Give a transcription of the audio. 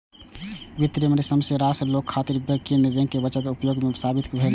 विमुद्रीकरण के समय बहुत रास लोग खातिर पिग्गी बैंक के बचत बहुत उपयोगी साबित भेल रहै